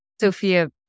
Sophia